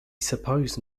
suppose